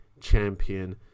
champion